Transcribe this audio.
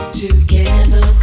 together